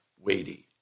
weighty